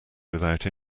without